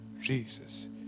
Jesus